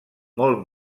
molt